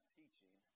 teaching